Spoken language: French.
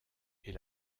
est